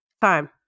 time